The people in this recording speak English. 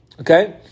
Okay